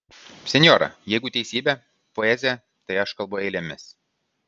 senjora jeigu teisybė poezija tai aš kalbu eilėmis